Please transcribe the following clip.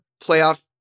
playoff